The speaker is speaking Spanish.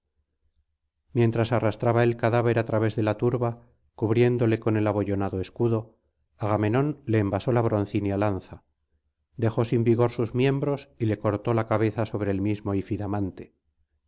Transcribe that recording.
mientras arrastraba el cadáver á través de la turba cubriéndole con el abollonado escudo agamenón le envasó la broncínea lanza dejó sin vigor sus miembros y le cortóla cabeza sobre el mismo ifidamante y